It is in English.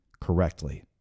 correctly